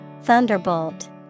Thunderbolt